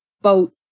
boat